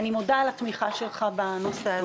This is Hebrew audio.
אני מודה על התמיכה שלך בנושא הזה.